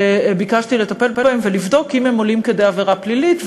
ביקשתי לטפל בהם ולבדוק אם הם עולים כדי עבירה פלילית,